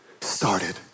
started